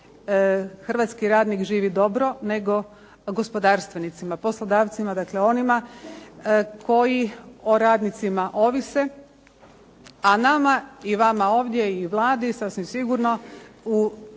hrvatski radnik živi dobro nego gospodarstvenicima, poslodavcima, dakle onima koji o radnicima ovise, nama i vama ovdje i Vladi sasvim sigurno